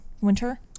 winter